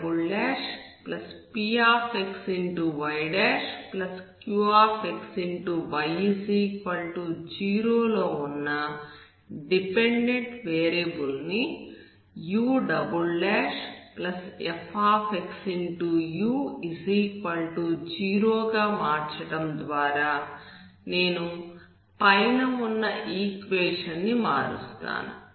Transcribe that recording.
ypxyqxy0 లో ఉన్న dependent variable ని ufxu0 గా మార్చడం ద్వారా నేను పైన ఉన్న ఈక్వేషన్ ని మారుస్తాను